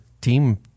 team